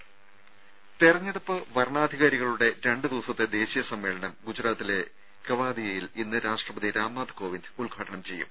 രംഭ തെരഞ്ഞെടുപ്പ് വരണാധികാരികളുടെ രണ്ട് ദിവസത്തെ ദേശീയ സമ്മേളനം ഗുജറാത്തിലെ കെവാദിയയിൽ ഇന്ന് രാഷ്ട്രപതി രാംനാഥ് കോവിന്ദ് ഉദ്ഘാടനം ചെയ്യും